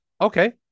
Okay